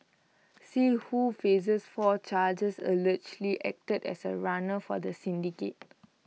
see who faces four charges allegedly acted as A runner for the syndicate